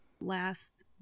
last